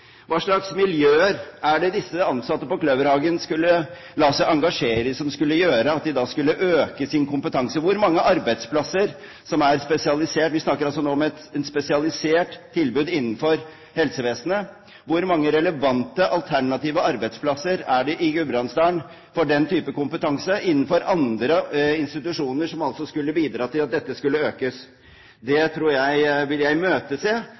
Hva slags miljøer er det disse ansatte på Kløverhagen skulle la seg engasjere i, som skulle gjøre at de da skulle øke sin kompetanse? Hvor mange spesialiserte arbeidsplasser finnes det – vi snakker altså nå om et spesialisert tilbud innenfor helsevesenet – hvor mange relevante, alternative arbeidsplasser er det i Gudbrandsdalen for den type kompetanse, ved andre institusjoner, som altså skulle bidra til at denne skulle økes? Jeg vil imøtese